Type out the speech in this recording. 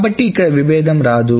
కాబట్టి ఇక్కడ విభేదం రాదు